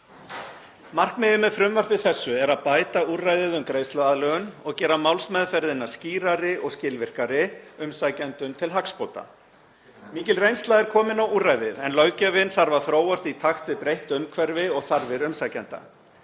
Markmiðið með frumvarpi þessu er að bæta úrræðið um greiðsluaðlögun og gera málsmeðferðina skýrari og skilvirkari, umsækjendum til hagsbóta. Mikil reynsla er komin á úrræðið en löggjöfin þarf að þróast í takt við breytt umhverfi og þarfir umsækjenda.